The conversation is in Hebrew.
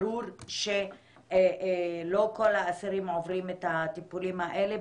ברור שלא כל האסירים עוברים את הטיפולים האלה,